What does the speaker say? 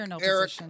Eric